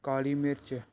ਕਾਲੀ ਮਿਰਚ